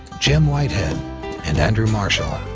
jim whitehead and andrew marshall.